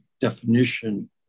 definition